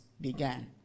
began